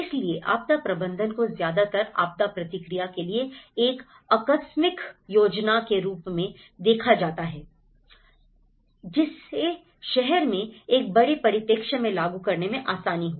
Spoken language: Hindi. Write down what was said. इसलिए आपदा प्रबंधन को ज्यादातर आपदा प्रतिक्रिया के लिए एक आकस्मिक योजना के रूप में देखा जाता है जिसे शहर में एक बड़े परिप्रेक्ष्य में लागू करने में आसानी हो